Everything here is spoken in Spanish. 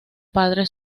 padre